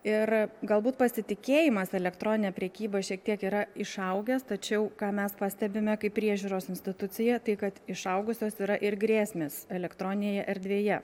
ir galbūt pasitikėjimas elektronine prekyba šiek tiek yra išaugęs tačiau ką mes pastebime kaip priežiūros institucija tai kad išaugusios yra ir grėsmės elektroninėje erdvėje